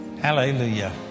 Hallelujah